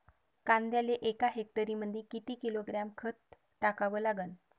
कांद्याले एका हेक्टरमंदी किती किलोग्रॅम खत टाकावं लागन?